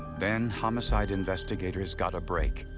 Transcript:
then homicide investigators got a break.